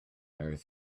earth